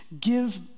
give